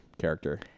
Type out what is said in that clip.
character